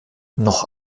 noch